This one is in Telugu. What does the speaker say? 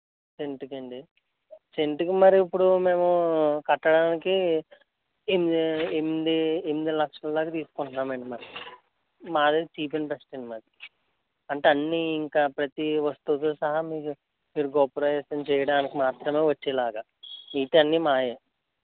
సెంటుకండి సెంటుకి మరి ఇప్పుడు మేము కట్టడానికి ఎంది ఎంది ఎంది లక్షలదాకా తీసుకుంట్నాం అండి మరి మాదే చీప్ అండ్ బెస్ట్ అండి మాది అంటే అన్నీ ఇంకా ప్రతి వస్తువుతో సహా మీరు గృహప్రవేశం చేయడానికి మాత్రమే వచ్చేలాగా మిగతా అన్నీ మాయే